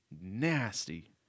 nasty